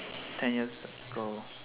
ten years ago